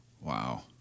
Wow